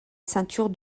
ceinture